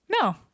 no